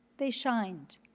they shined.